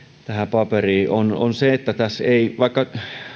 paperiin ovat siinä että vaikka